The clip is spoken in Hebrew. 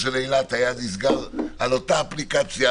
של אילת היה נסגר על אותה אפליקציה,